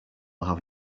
have